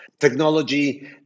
technology